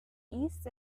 east